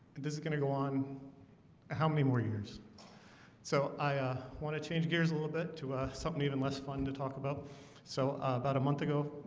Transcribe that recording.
this is gonna go on how many more years so i ah want to change gears a little bit to something even less fun to talk about so about a month ago.